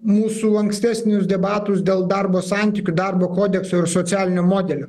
mūsų ankstesnius debatus dėl darbo santykių darbo kodekso ir socialinių modelių